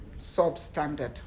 substandard